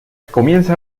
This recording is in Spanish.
comienza